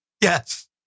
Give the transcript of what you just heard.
Yes